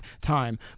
time